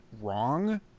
wrong